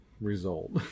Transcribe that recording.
result